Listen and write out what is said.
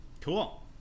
cool